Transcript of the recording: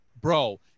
Bro